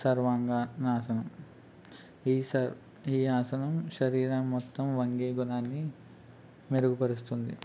సర్వంగా నాసనం ఈ స ఈ ఆసనం శరీరం మొత్తం వంగే గుణాన్ని మెరుగుపరుస్తుంది